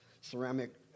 ceramic